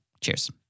Cheers